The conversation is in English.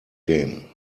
game